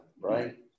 right